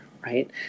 Right